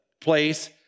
place